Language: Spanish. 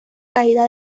caída